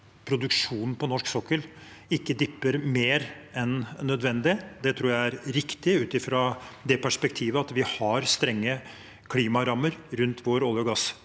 produksjonen på norsk sokkel ikke dupper mer enn nødvendig, tror jeg er riktig ut fra det perspektivet at vi har strenge klimarammer rundt vår olje- og